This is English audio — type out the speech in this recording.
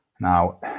Now